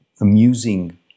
amusing